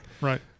Right